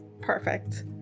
Perfect